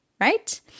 Right